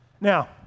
Now